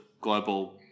global